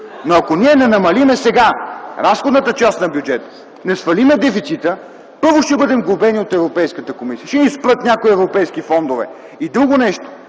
Но ако сега не намалим разходната част на бюджета, не свалим дефицита, първо, ще бъдем глобени от Европейската комисия, ще ни спрат някои европейски фондове. И друго нещо: